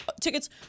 tickets